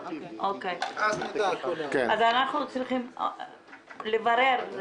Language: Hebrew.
אז אנחנו צריכים לברר.